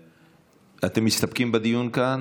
אתם מסתפקים בדיון כאן?